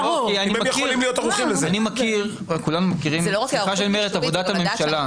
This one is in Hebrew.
אני מכיר, כולנו מכירים, את עבודת הממשלה.